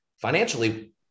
financially